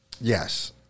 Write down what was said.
Yes